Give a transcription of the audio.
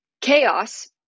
chaos